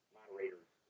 moderators